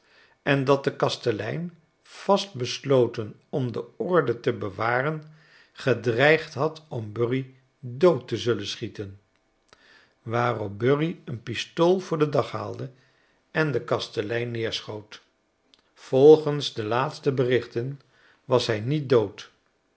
en dat de kastelein vast besloten om de orde te beware n gedreigd had om bur dood te zullen schieten waarop bury een pistool vooi den dag haalde en den kastelein neerschoot volgens de laatste berichten was hij niet dood